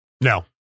No